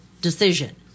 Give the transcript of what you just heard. decision